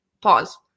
Pause